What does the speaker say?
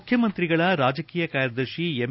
ಮುಖ್ಯಮಂತ್ರಿಗಳ ರಾಜಕೀಯ ಕಾರ್ಯದರ್ಶಿ ಎಂ